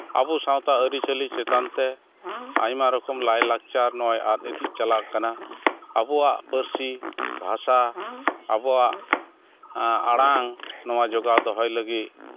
ᱟᱵᱚ ᱥᱟᱶᱛᱟ ᱟᱹᱨᱤᱼᱪᱟᱹᱞᱤ ᱪᱮᱛᱟᱱ ᱛᱮ ᱟᱭᱢᱟ ᱨᱚᱠᱚᱢ ᱞᱟᱭᱼᱞᱟᱠᱪᱟᱨ ᱱᱚᱜᱼᱚᱸᱭ ᱟᱫ ᱤᱫᱤ ᱪᱟᱞᱟᱜ ᱠᱟᱱᱟ ᱟᱵᱚᱣᱟᱜ ᱯᱟᱹᱨᱥᱤ ᱵᱷᱟᱥᱟ ᱟᱵᱚᱣᱟᱜ ᱟᱲᱟᱝ ᱱᱚᱣᱟ ᱡᱚᱜᱟᱣ ᱫᱚᱦᱚᱭ ᱞᱟᱹᱜᱤᱫ